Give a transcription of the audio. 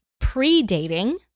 pre-dating